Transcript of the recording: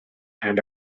and